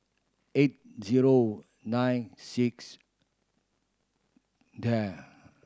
eight zero nine six